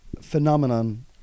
phenomenon